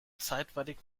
zeitweilig